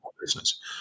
business